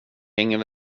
hänger